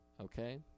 okay